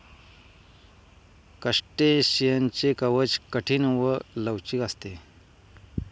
क्रस्टेशियनचे कवच कठीण व लवचिक असते